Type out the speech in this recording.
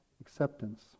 Acceptance